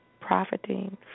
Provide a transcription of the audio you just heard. Profiting